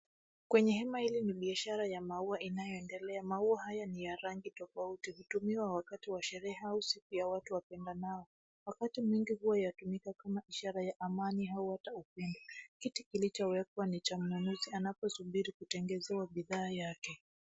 Kwenye hema hili ni biashara ya maua inaendelea. Maua haya ni ya rangi tofauti. Hutumiwa kwa wakati wa sherehe au harusi ya watu wapendanao. Wakati mwingi hutumika kama ishara ya amani au hata upendo. Kiti kilichowekwa ni cha mnunuzi anaposubiri kutengezewa bidhaa yake.